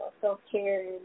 self-care